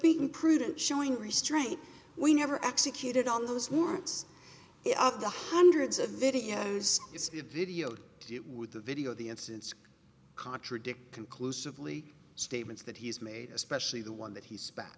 being prudent showing restraint we never executed on those warrants of the hundreds of videos is a video with the video the incidents contradict conclusively statements that he's made especially the one that he's back